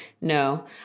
No